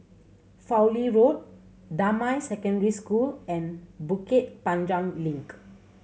Fowlie Road Damai Secondary School and Bukit Panjang Link